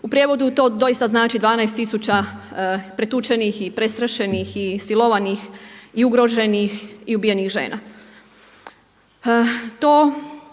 u prijevodu to doista znači 12.000 pretučenih i prestrašenih i silovanih i ugroženih i ubijenih žena.